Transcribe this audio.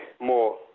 more